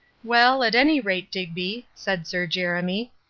well, at any rate, digby, said sir jeremy,